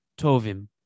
tovim